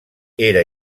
era